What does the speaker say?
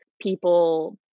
people